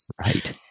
right